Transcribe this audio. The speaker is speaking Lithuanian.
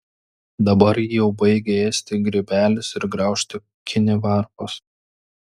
dabar jį jau baigia ėsti grybelis ir graužti kinivarpos